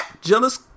Jealous